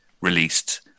released